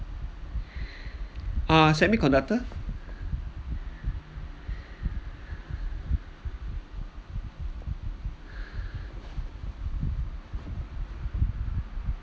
uh semiconductor